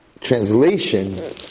translation